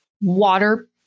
Water